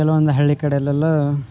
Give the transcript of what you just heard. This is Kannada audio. ಕೆಲವೊಂದು ಹಳ್ಳಿ ಕಡೇಲೆಲ್ಲ